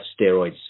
steroids